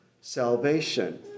salvation